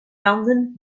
landen